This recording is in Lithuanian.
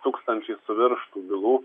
tūkstantį su virš bylų